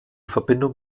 verbindung